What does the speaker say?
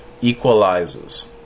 equalizes